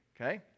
okay